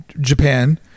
japan